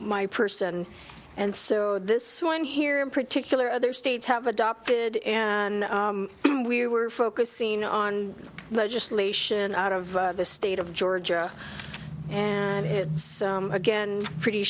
my person and so this one here in particular other states have adopted and we were focusing on legislation out of the state of georgia and here again pretty